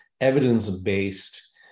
evidence-based